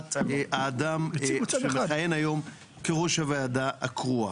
בבחירת האדם שמכהן היום כראש הוועדה הקרואה.